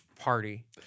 party